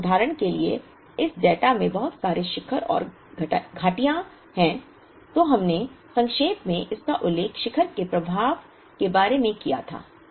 यदि उदाहरण के लिए इस डेटा में बहुत सारे शिखर और घाटियाँ हैं तो हमने संक्षेप में इसका उल्लेख शिखर के प्रभाव के बारे में किया था